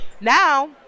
Now